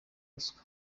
ruswa